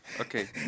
Okay